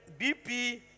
BP